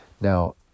now